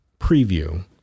preview